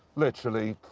literally,